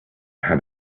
had